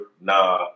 nah